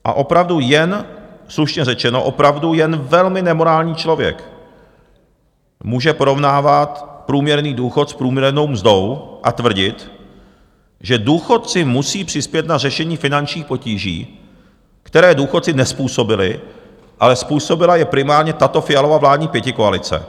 A opravdu jen, slušně řečeno, opravdu jen velmi nemorální člověk může porovnávat průměrný důchod s průměrnou mzdou a tvrdit, že důchodci musí přispět na řešení finančních potíží, které důchodci nezpůsobili, ale způsobila je primárně tato Fialova vládní pětikoalice.